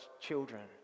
children